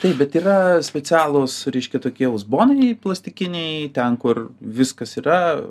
taip bet yra specialūs reiškia tokie uzbonai plastikiniai ten kur viskas yra